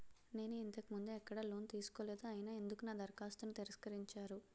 నేను ఇంతకు ముందు ఎక్కడ లోన్ తీసుకోలేదు అయినా ఎందుకు నా దరఖాస్తును తిరస్కరించారు?